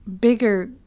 bigger